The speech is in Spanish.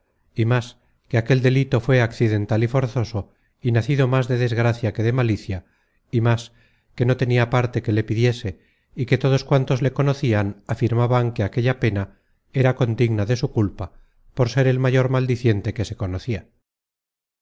y más que aquel delito fué accidental y forzoso y nacido más de desgracia que de malicia y más que no tenia parte que le pidiese y que todos cuantos le conocian afirmaban que aquella pena era condigna de su culpa por ser el mayor maldiciente que se conocia